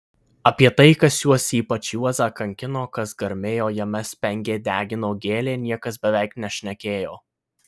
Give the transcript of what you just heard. apie tai kas juos ypač juozą kankino kas garmėjo jame spengė degino gėlė niekas beveik nešnekėjo